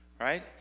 Right